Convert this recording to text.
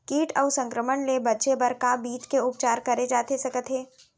किट अऊ संक्रमण ले बचे बर का बीज के उपचार करे जाथे सकत हे?